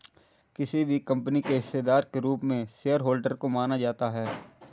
किसी भी कम्पनी के हिस्सेदार के रूप में शेयरहोल्डर को माना जाता है